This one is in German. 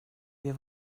wir